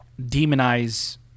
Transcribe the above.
demonize